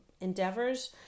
endeavors